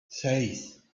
seis